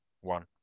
one